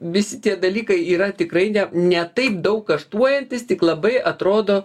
visi tie dalykai yra tikrai ne ne taip daug kaštuojantys tik labai atrodo